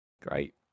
great